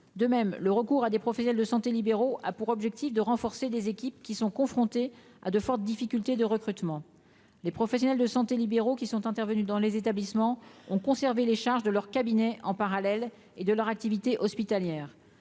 de même le recours à des professionnels de santé libéraux a pour objectif de renforcer des équipes qui sont confrontés à de fortes difficultés de recrutement, les professionnels de santé libéraux qui sont intervenus dans les établissements ont conservé les charges de leur cabinet en parallèle et de leur activité hospitalière